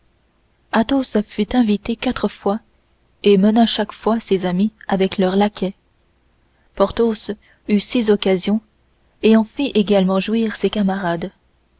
disgrâce athos fut invité quatre fois et mena chaque fois ses amis avec leurs laquais porthos eut six occasions et en fit également jouir ses camarades